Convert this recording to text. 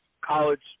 college